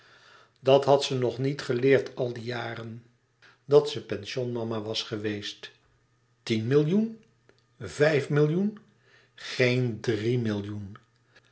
dat had ze nog niet geleerd al de jaren dat ze pension mama was geweest tien millioen vijf millioen geen drie millioen